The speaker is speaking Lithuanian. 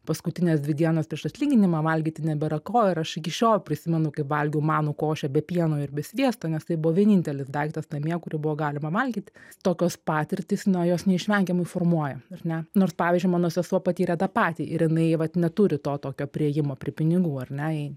paskutines dvi dienas prieš atlyginimą valgyti nebėra ko ir aš iki šiol prisimenu kaip valgiau manų košę be pieno ir be sviesto nes tai buvo vienintelis daiktas namie kurį buvo galima valgyt tokios patirtys na jos neišvengiamai formuoja ar ne nors pavyzdžiui mano sesuo patyrė tą patį ir jinai vat neturi to tokio priėjimo prie pinigų ar ne jai